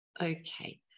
Okay